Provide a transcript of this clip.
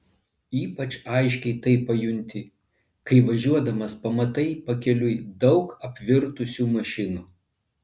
ypač aiškiai tai pajunti kai važiuodamas pamatai pakeliui daug apvirtusių mašinų